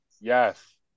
Yes